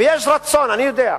ויש רצון, אני יודע,